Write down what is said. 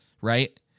right